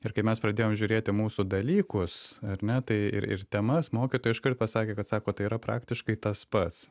ir kai mes pradėjom žiūrėti mūsų dalykus ar ne tai ir ir temas mokytojai iškart pasakė kad sako tai yra praktiškai tas pats